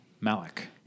Malik